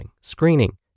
screening